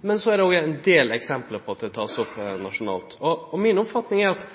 Men så er det òg ein del eksempel på at det vert teke opp nasjonalt. Oppfatninga mi er at